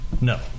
No